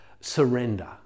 surrender